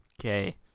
Okay